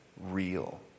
real